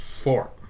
Four